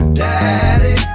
daddy